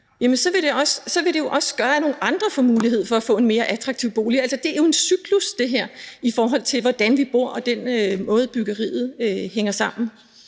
falder, så vil det jo også gøre, at nogle andre får mulighed for at få en mere attraktiv bolig. Altså, det her er jo en cyklus, i forhold til hvordan vi bor, og i forhold til hvordan byggeriet hænger sammen.